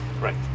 Right